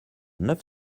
neuf